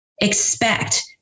expect